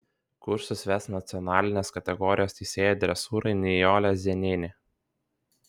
kursus ves nacionalinės kategorijos teisėja dresūrai nijolė zienienė